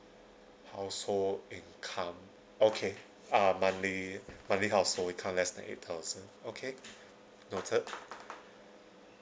household income okay uh monthly monthly household income less than eight thousand okay noted